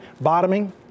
bottoming